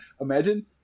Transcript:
imagine